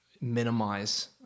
minimize